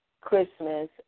Christmas